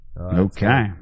Okay